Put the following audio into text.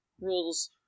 rules